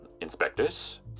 inspectors